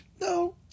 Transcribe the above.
No